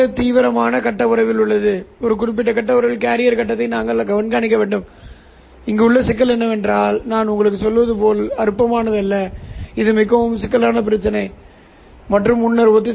நான் துருவமுனைப்பு பீம் ஸ்ப்ளிட்டரைப் பயன்படுத்தலாம் x மற்றும் y துருவமுனைப்புகளைப் பிரிக்கலாம் எனவே இது x துருவமுனைப்பாக இருக்கும் இது y துருவமுனைப்பாக இருக்கும்